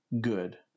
good